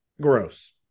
Gross